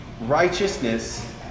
Righteousness